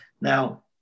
Now